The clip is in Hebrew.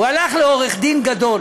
הוא הלך לעורך-דין גדול